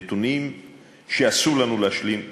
נתונים שאסור לנו להשלים עמם.